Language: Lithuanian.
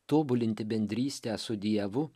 tobulinti bendrystę su dievu